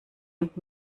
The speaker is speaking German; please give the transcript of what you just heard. und